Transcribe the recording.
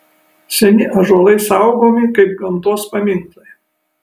seni ąžuolai saugomi kaip gamtos paminklai